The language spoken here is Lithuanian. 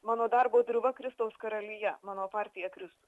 mano darbo dirva kristaus karalija mano partija kristus